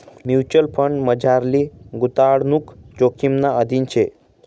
mutual फंडमझारली गुताडणूक जोखिमना अधीन शे